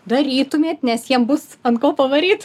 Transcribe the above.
darytumėt nes jiem bus ant ko pavaryt